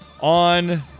on